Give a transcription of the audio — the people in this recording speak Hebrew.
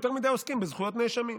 יותר מדי עוסקים בזכויות נאשמים.